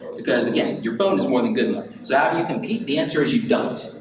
because again, your phone is more than good enough. how do you compete? the answer is you don't.